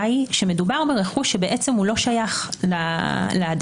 היא שמדובר ברכוש שהוא לא שייך לנאשם,